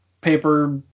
paper